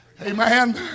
Amen